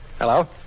Hello